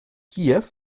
kiew